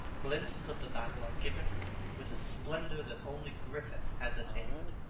glimpses of the battle are given with a splendor that only griffith has attained.